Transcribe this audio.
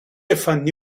فنی